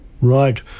right